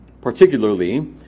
Particularly